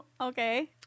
Okay